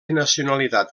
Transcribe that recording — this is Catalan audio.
nacionalitat